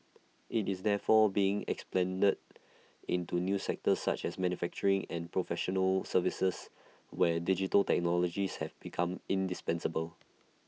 IT is therefore being expanded into new sectors such as manufacturing and professional services where digital technologies have become indispensable